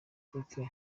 politiki